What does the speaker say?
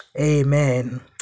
Amen